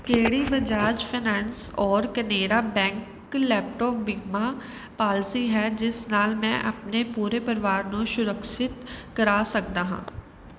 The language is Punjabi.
ਕਿਹੜੀ Bajaj finance or Canara bank laptop ਬੀਮਾ ਪਾਲਿਸੀ ਹੈ ਜਿਸ ਨਾਲ ਮੈਂ ਆਪਣੇ ਪੂਰੇ ਪਰਿਵਾਰ ਨੂੰ ਸੁਰਕਸ਼ਿਤ ਕਰਾ ਸਕਦਾ ਹਾਂ